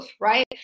right